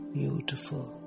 beautiful